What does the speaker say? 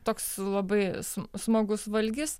toks labai smagus valgis